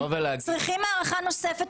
צריכים הארכה נוספת?